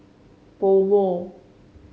PoMo